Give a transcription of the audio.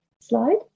Slide